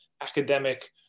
academic